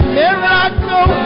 miracle